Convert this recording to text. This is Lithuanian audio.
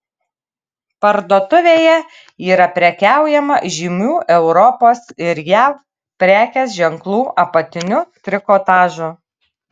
parduotuvėje yra prekiaujama žymių europos ir jav prekės ženklų apatiniu trikotažu